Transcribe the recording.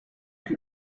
que